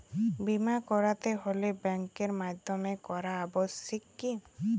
বিমা করাতে হলে ব্যাঙ্কের মাধ্যমে করা আবশ্যিক কি?